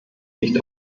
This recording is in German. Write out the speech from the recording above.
nicht